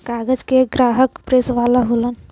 कागज के ग्राहक प्रेस वाले होलन